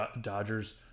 Dodgers